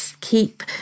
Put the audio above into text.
keep